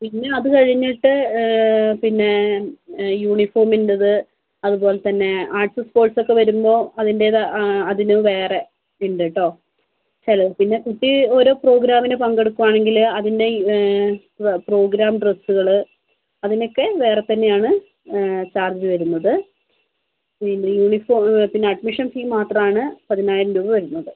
പിന്നെ അതുകഴിഞ്ഞിട്ട് പിന്നേ യൂണിഫോമിൻ്റെത് അതുപോലെതന്നെ ആർട്സ് സ്പോർട്സ് ഒക്കെ വരുമ്പോൾ അതിൻ്റെതായ അതിനു വേറെ ഉണ്ട് കെട്ടോ ഹലോ പിന്നെ കുട്ടി ഓരോ പ്രോഗ്രാമിന് പങ്കെടുക്കുവാണെങ്കില് അതിൻ്റെ പ്രോഗ്രാം ഡ്രെസ്സ്കള് അതിനൊക്കെ വേറെതന്നെയാണ് ചാർജ് വരുന്നത് പിന്നെ യൂണിഫോം പിന്നെ അഡ്മിഷൻ ഫീസ് മാത്രമാണ് പതിനായിരം രൂപ വരുന്നത്